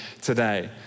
today